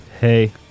Hey